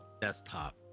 desktop